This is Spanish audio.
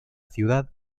ciudad